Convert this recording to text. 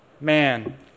man